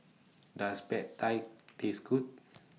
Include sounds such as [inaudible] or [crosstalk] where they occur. Does Pad Thai [noise] Taste Good